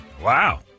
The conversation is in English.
Wow